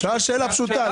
הוא שואל שאלה פשוטה.